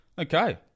okay